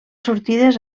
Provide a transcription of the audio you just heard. sortides